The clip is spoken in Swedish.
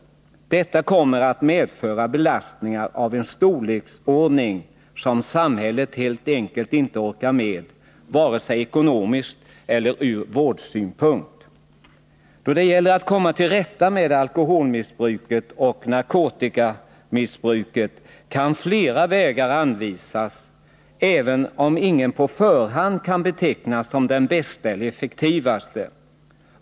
Det kommer att medföra belastningar av en storleksordning som samhället helt enkelt inte orkar med vare sig ekonomiskt sett eller sett ur vårdsynpunkt. Då det gäller att komma till rätta med alkoholmissbruket och narkotikamissbruket kan flera vägar anvisas, även om ingen i förhand kan betecknas som den bästa eller effektivaste.